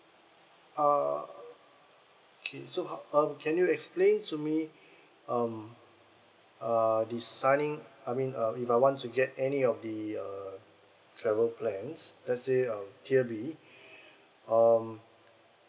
uh okay so how err can you explain to me um uh the signing I mean uh if I want to get any of the uh travel plans let's say uh tier B um